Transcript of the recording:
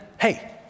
Hey